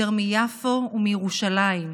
יותר מיפו ומירושלים.